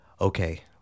okay